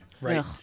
right